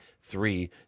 Three